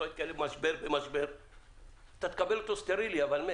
וכאלה במשבר, אתה תקבל אותו סטרילי אבל מת.